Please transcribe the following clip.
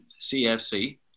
cfc